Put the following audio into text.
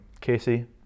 casey